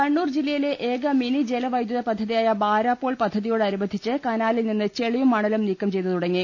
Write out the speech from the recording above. കണ്ണൂർ ജില്ലയിലെ ഏക മിനി ജലവൈദ്യുത പദ്ധതിയായ ബാരാപോൾ പദ്ധതിയോടനുബന്ധിച്ച് കനാലിൽ നിന്ന് ചെളിയും മണലും നീക്കം ചെയ്ത് തുടങ്ങി